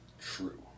true